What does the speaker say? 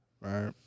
Right